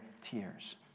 tears